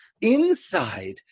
inside